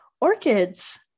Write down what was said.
Orchids